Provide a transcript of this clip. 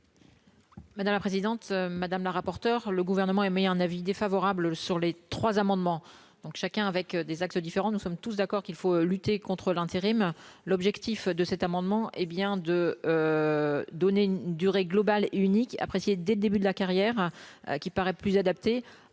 Madame la présidente, madame la rapporteure le Gouvernement émet un avis défavorable sur les trois amendements donc chacun avec des axes différents, nous sommes tous d'accord qu'il faut lutter contre l'intérim, l'objectif de cet amendement, hé bien de donner une durée globale unique apprécié dès le début de la carrière qui paraît plus adapté